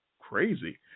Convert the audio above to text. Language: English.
Crazy